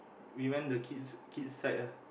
we went the kids kids side lah